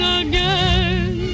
again